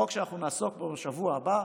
החוק שאנחנו נעסוק בו בשבוע הבא,